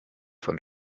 von